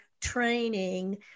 training